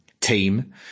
team